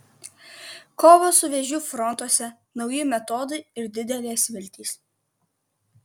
kovos su vėžiu frontuose nauji metodai ir didelės viltys